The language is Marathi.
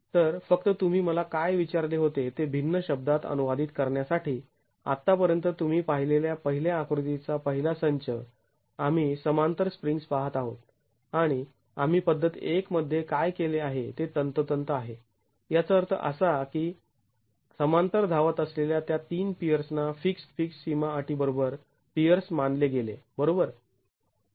तर फक्त तुम्ही मला काय विचारले होते ते भिन्न शब्दात अनुवादित करण्यासाठी आत्तापर्यंत तुम्ही पाहिलेल्या पहिल्या आकृतीचा पहिला संच आम्ही समांतर स्प्रिंग्ज् पाहत आहोत आणि आम्ही पद्धत १ मध्ये काय केले आहे हे तंतोतंत आहे याचा अर्थ असा आहे की समांतर धावत असलेल्या त्या तीन पियर्स ना फिक्स्ड् फिक्स्ड् सीमा अटी बरोबर पियर्स मानले गेले बरोबर